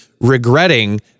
regretting